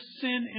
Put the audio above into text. sin